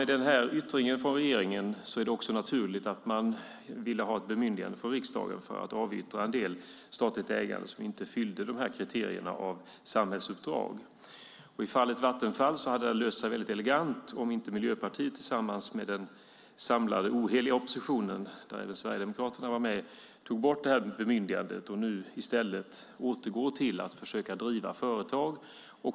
Med den här yttringen från regeringen är det också naturligt att man ville ha ett bemyndigande från riksdagen för att avyttra en del statligt ägande som inte fyllde de här kriterierna för samhällsuppdrag. I fallet Vattenfall hade det löst sig väldigt elegant om inte Miljöpartiet tillsammans med den samlade oheliga oppositionen, där även Sverigedemokraterna var med, hade tagit bort det här bemyndigandet och nu i stället återgår till att försöka driva företag.